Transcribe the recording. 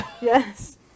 Yes